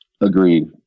Agreed